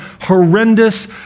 horrendous